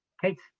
Kate